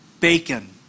bacon